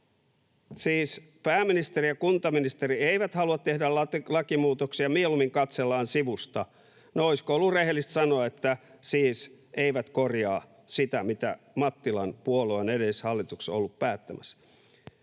Siis pääministeri ja kuntaministeri eivät halua tehdä lakimuutoksia, vaan mieluummin katsellaan sivusta. No, olisiko ollut rehellistä sanoa, että siis eivät korjaa sitä, mitä Mattilan puolue on edellisessä hallituksessa ollut päättämässä.